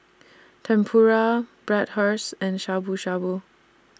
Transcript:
Tempura and Shabu Shabu